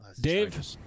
Dave